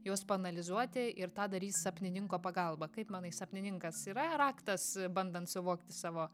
juos paanalizuoti ir tą darys sapnininko pagalba kaip manai sapnininkas yra raktas bandant suvokti savo